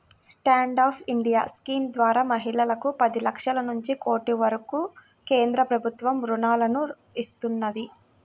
stand up India scheme ద్వారా మహిళలకు పది లక్షల నుంచి కోటి వరకు కేంద్ర ప్రభుత్వం రుణాలను ఇస్తున్నది